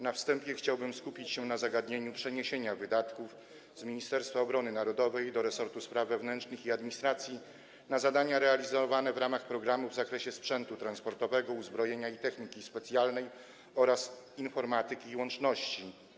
Na wstępie chciałbym skupić się na zagadnieniu przeniesienia wydatków z Ministerstwa Obrony Narodowej do Ministerstwa Spraw Wewnętrznych i Administracji na zadania realizowane w ramach programu w zakresie sprzętu transportowego, uzbrojenia i techniki specjalnej oraz informatyki i łączności.